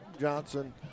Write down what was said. Johnson